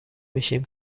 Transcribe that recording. میشیم